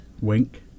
Wink